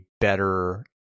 better